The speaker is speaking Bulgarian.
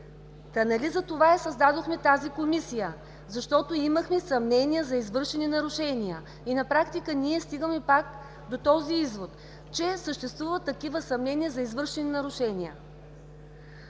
Та нали затова създадохме тази Комисия – защото имахме съмнения за извършени нарушения!? На практика стигаме пак до този извод, че съществуват такива съмнения за извършени нарушения.